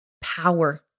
power